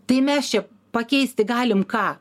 tai mes čia pakeisti galim ką